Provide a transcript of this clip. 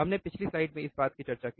हमने पिछली स्लाइड में इस बात की चर्चा की